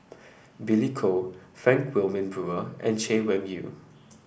Billy Koh Frank Wilmin Brewer and Chay Weng Yew